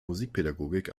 musikpädagogik